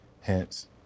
Hence